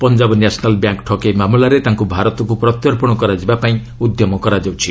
Punjab National Bank ଠକେଇ ମାମଲାରେ ତାଙ୍କୁ ଭାରତକୁ ପ୍ରତ୍ୟର୍ପଣ କରାଯିବା ପାଇଁ ଉଦ୍ୟମ ଚାଲିଛି